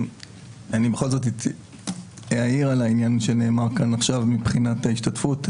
אני בכל זאת אעיר על העניין שנאמר כאן עכשיו מבחינת ההשתתפות.